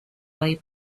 way